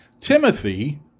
Timothy